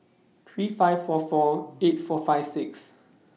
three five four four eight four five six